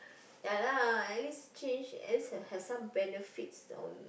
ya lah at least change at least have some benefit on